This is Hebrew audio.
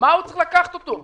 מה הוא צריך לקחת אותו?